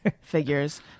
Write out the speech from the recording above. figures